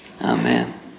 Amen